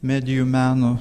medijų meno